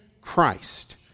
Christ